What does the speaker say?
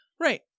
right